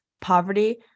poverty